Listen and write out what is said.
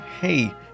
Hey